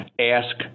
Ask